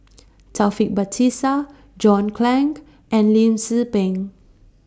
Taufik Batisah John Clang and Lim Tze Peng